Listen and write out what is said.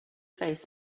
face